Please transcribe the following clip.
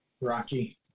Rocky